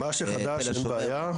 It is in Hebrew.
מה שחדש אין בעיה.